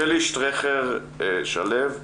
שלי שטרכר שלו,